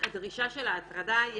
הדרישה של ההטרדה,